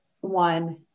one